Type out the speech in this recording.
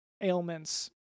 ailments